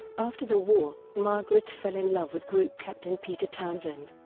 after the war, margaret fell in love with group captain peter townsend.